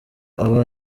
aba